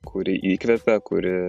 kuri įkvepia kuri